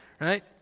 right